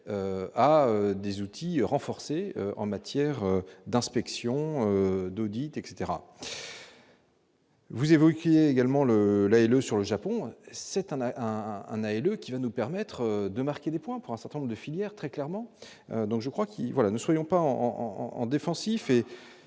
à des outils renforcée en matière d'inspection d'audits etc. Vous évoquiez également le lait le sur le Japon, c'est un un, un élu qui va nous permettre de marquer des points pour un certain nombre de filières très clairement, donc je crois qu'il voit là, ne soyons pas en en défensif et